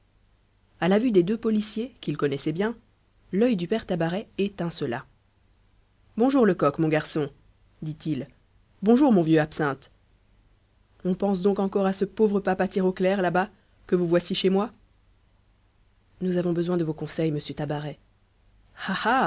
à la vue des deux policiers qu'il connaissait bien l'œil du père tabaret étincela bonjours lecoq mon garçon dit-il bonjour mon vieux absinthe on pense donc encore à ce pauvre papa tirauclair là-bas que vous voici chez moi nous avons besoin de vos conseils monsieur tabaret